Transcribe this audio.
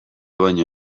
baino